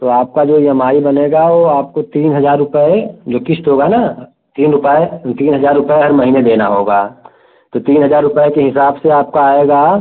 तो आपका जो ई एम आई बनेगा वो आपको तीन हजार रुपये जो किश्त होगा न तीन रुपये तीन हजार रुपये हर महीने देना होगा तो तीन हजार रुपये के हिसाब से आपका आएगा